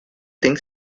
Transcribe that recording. think